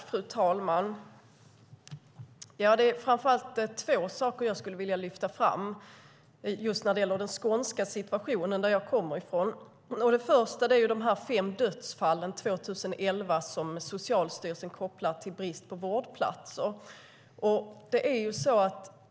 Fru talman! Det är framför allt två saker som jag skulle vilja lyfta fram när det gäller den skånska situationen. Jag kommer ju själv från Skåne. Det första är de fem dödsfallen 2011 som Socialstyrelsen kopplar till brist på vårdplatser.